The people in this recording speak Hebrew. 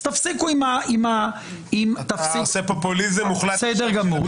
אז תפסיקו עם --- אתה עושה פופוליזים מוחלט --- בסדר גמור,